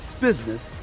business